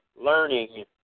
learning